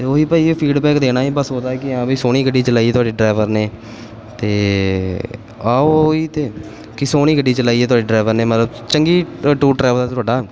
ਅਤੇ ਉਹੀ ਭਾਅ ਜੀ ਇਹ ਫੀਡਬੈਕ ਦੇਣਾ ਸੀ ਬਸ ਉਹਦਾ ਕਿ ਇਹ ਵੀ ਸੋਹਣੀ ਗੱਡੀ ਚਲਾਈ ਤੁਹਾਡੇ ਡਰਾਈਵਰ ਨੇ ਅਤੇ ਆਹੋ ਉਹੀ ਅਤੇ ਕਿ ਸੋਹਣੀ ਗੱਡੀ ਚਲਾਈ ਹੈ ਤੁਹਾਡੇ ਡਰਾਈਵਰ ਨੇ ਮਤਲਬ ਚੰਗੀ ਟੂਰ ਟਰੈਵਲਸ ਤੁਹਾਡਾ